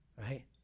right